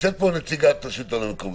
נמצאת פה נציגת השלטון המקומי,